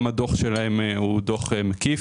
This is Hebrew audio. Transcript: גם הדוח שלהם הוא דוח מקיף.